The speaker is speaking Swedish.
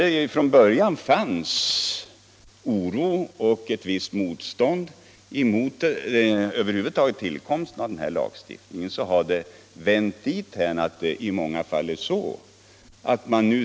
Den oro för och det motstånd mot tillkomsten av denna lag som fanns på en del håll har i många fall försvunnit.